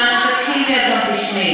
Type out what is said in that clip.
אם את גם תקשיבי את גם תשמעי.